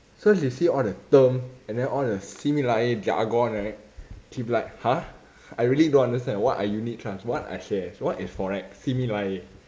so she sees all the term and the simi lai eh jargon right she will be like !huh! I really don't understand what are unit trust what are shares what is forex simi lai eh